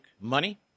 money